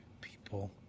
people